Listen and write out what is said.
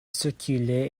circulaient